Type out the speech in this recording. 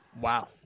wow